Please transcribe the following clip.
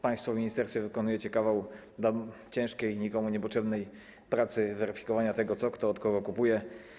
Państwo w ministerstwie wykonuje kawał ciężkiej i nikomu niepotrzebnej pracy weryfikowania tego, co kto od kogo kupuje.